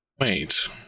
Wait